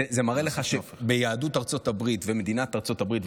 זה מראה לך שיהדות ארצות הברית ומדינת ארצות הברית,